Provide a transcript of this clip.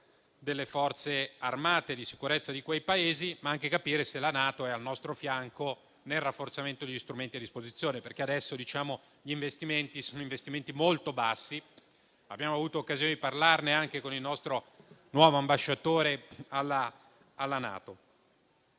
delle Forze armate. Vogliamo tuttavia anche capire se la NATO è al nostro fianco nel rafforzamento degli strumenti a disposizione, perché adesso gli investimenti sono molto bassi. Abbiamo avuto occasione di parlarne anche con il nostro nuovo ambasciatore alla NATO.